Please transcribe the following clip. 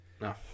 no